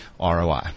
ROI